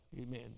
Amen